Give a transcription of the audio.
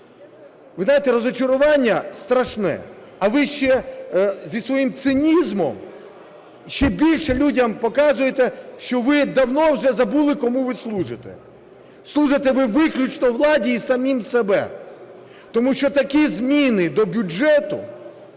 Ви знаєте, розчарування страшне, а ви ще зі своїм цинізмом ще більше людям показуєте, що ви давно вже забули, кому ви служите. Служите ви виключно владі і самим собі, тому що такі зміни до бюджету